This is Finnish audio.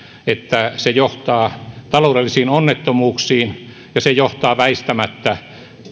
että se johtaa taloudellisiin onnettomuuksiin ja se johtaa väistämättä